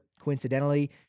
coincidentally